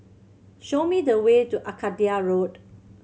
show me the way to Arcadia Road